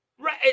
Right